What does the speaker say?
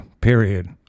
period